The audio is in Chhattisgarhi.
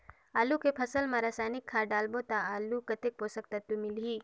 आलू के फसल मा रसायनिक खाद डालबो ता आलू कतेक पोषक तत्व मिलही?